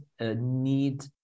need